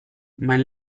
mein